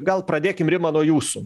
gal pradėkim rima nuo jūsų